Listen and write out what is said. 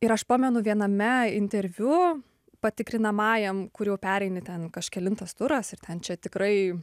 ir aš pamenu viename interviu patikrinamajam kur jau pereini ten kažkelintas turas ir ten čia tikrai